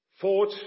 Fought